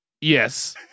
Yes